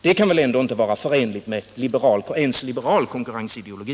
Det kan väl ändå inte vara förenligt ens med liberal konkurrensideologi.